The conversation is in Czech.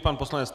Pan poslanec